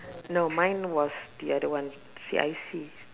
no mine was the other one C_I_C